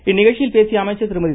இந்நிகழ்ச்சியில் பேசிய அமைச்சர் திருமதி